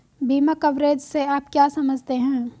बीमा कवरेज से आप क्या समझते हैं?